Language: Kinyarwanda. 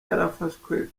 yarafashwe